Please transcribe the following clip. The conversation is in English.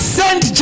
sent